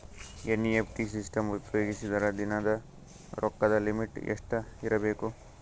NEFT system ಉಪಯೋಗಿಸಿದರ ದಿನದ ರೊಕ್ಕದ ಲಿಮಿಟ್ ಎಷ್ಟ ಇರಬೇಕು?